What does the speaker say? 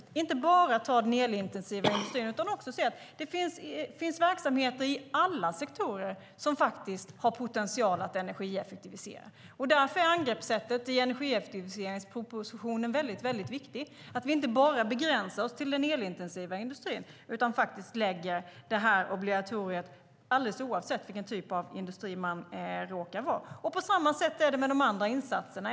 Det ska inte bara gälla den elintensiva industrin, utan det finns verksamheter i alla sektorer som har potential att energieffektivisera. Därför är angreppssättet i energieffektiviseringspropositionen väldigt viktigt. Vi ska inte bara begränsa oss till den elintensiva industrin utan lägga obligatoriet alldeles oavsett vilken typ av industri det råkar handla om. På samma sätt är det med de andra insatserna.